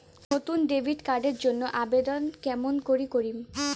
নতুন debit card এর জন্যে আবেদন কেমন করি করিম?